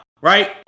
right